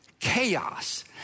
Chaos